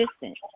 distance